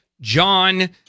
John